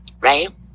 Right